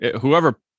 whoever